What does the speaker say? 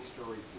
stories